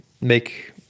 make